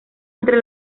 entre